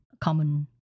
common